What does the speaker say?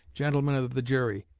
gentlemen of the jury,